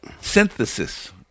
Synthesis